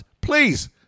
please